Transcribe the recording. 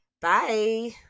Bye